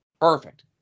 Perfect